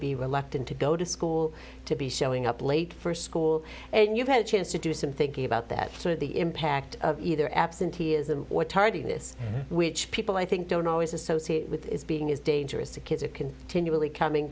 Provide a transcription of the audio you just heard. be reluctant to go to school to be showing up late for school and you had a chance to do some thinking about that sort of the impact of either absenteeism or tardiness which people i think don't always associate with is being is dangerous to kids it can to new really coming